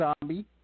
Zombie